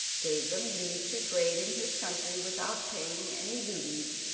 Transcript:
gave them leave to trade in his country without paying any duties,